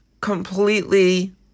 completely